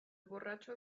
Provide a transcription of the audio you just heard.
borracho